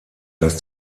dass